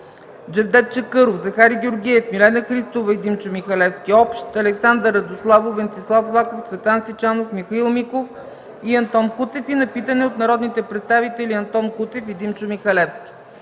Джевдет Чакъров, Захари Георгиев, Милена Христова и Димчо Михалевски – общ, Александър Радославов, Венцислав Лаков, Цветан Сичанов, Михаил Миков, и Антон Кутев и на питане от народните представители Антон Кутев и Димчо Михалевски.